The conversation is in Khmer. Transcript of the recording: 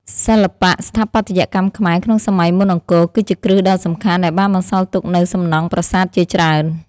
សិល្បៈស្ថាបត្យកម្មខ្មែរក្នុងសម័យមុនអង្គរ គឺជាគ្រឹះដ៏សំខាន់ដែលបានបន្សល់ទុកនូវសំណង់ប្រាសាទជាច្រើន។